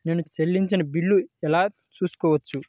నేను చెల్లించిన బిల్లు ఎలా చూడవచ్చు?